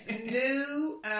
new